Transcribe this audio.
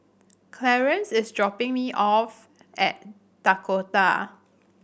Clarance is dropping me off at Dakota